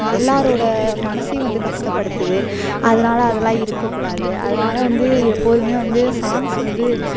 எல்லாரோட மனதையும் வந்து கஷ்டப்படுத்துது அதனால அதெல்லாம் இருக்கக்கூடாது அதனால வந்து எப்போதுமே வந்து சாங்ஸ் வந்து